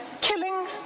killing